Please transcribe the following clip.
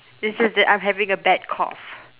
it's just that I'm having a bad cough